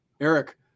Eric